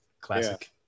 classic